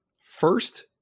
First